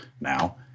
now